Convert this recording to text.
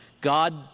God